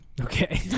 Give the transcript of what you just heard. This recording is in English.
Okay